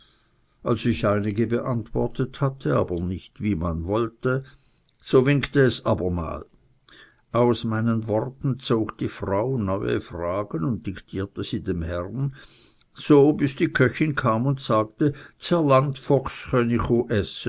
als ich einige beantwortet hatte aber nicht wie man wollte so winkte es abermals aus meinen worten zog die frau neue fragen und diktierte sie dem herrn so bis die köchin kam und sagte